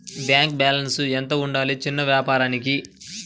Bank balance ఎంత ఉండాలి చిన్న వ్యాపారానికి?